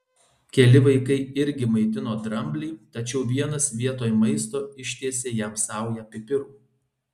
keli vaikai irgi maitino dramblį tačiau vienas vietoj maisto ištiesė jam saują pipirų